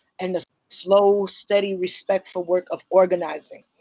and the slow steady respect for work of organizing.